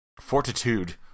Fortitude